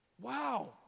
Wow